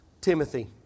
Timothy